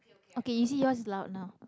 okay you see yours is loud now